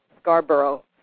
Scarborough